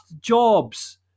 jobs